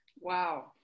Wow